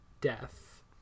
death